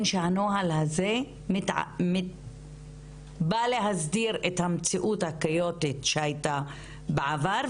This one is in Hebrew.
שהנוהל הזה בא להסדיר את המציאות הכאוטית שהייתה בעבר,